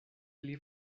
pli